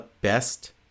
best